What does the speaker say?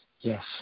Yes